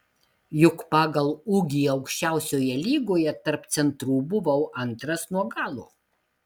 juk pagal ūgį aukščiausioje lygoje tarp centrų buvau antras nuo galo